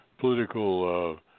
political